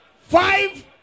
Five